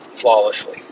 flawlessly